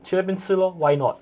去那边吃 lor why not